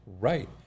right